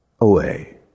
away